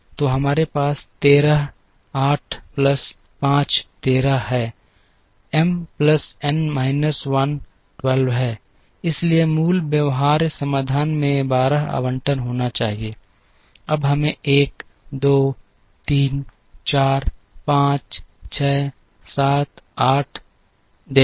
तो हमारे पास 13 8 प्लस 5 13 है एम प्लस एन माइनस 1 12 है इसलिए मूल व्यवहार्य समाधान में 12 आवंटन होना चाहिए अब हमें 1 2 3 4 5 6 7 8 देखें